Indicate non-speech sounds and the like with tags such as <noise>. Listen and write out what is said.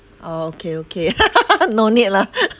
oh okay okay <laughs> no need lah